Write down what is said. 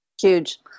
huge